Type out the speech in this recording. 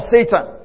Satan